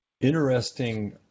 Interesting